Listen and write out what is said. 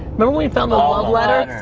when when we found the love letter?